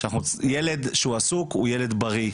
שילד שהוא עסוק הוא ילד בריא.